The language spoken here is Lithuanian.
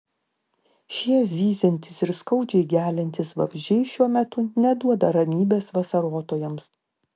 šie zyziantys ir skaudžiai geliantys vabzdžiai šiuo metu neduoda ramybės vasarotojams